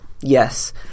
Yes